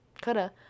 Coulda